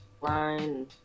line